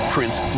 Prince